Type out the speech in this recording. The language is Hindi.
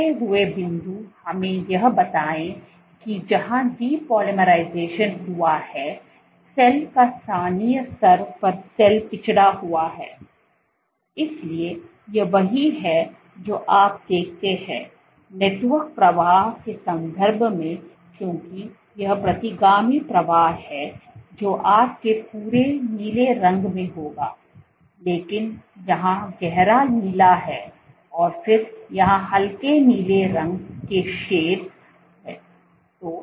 बचे हुए बिंदु हमें यह बताएं कि जहां डीपोलाइराइजेशन हुआ है सेल का स्थानीय स्तर पर सेल पिछड़ा हुआ है इसलिए यह वही है जो आप देखते हैं नेटवर्क प्रवाह के संदर्भ में क्योंकि यह प्रतिगामी प्रवाह है जो आपके पूरे नीले रंग में होगा लेकिन यहां गहरा नीला है और फिर यहां हल्के नीले रंग के शेड्स